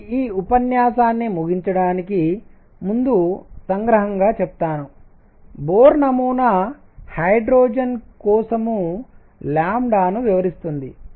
కాబట్టి ఈ ఉపన్యాసాన్ని ముగించడానికి ముందు సంగ్రహంగా చెప్తాను బోర్ నమూనా హైడ్రోజన్ కోసం లాంబ్డా ను వివరిస్తుంది